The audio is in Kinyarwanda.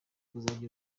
kuzagira